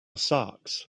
socks